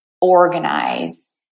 organize